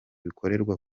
bikorerwa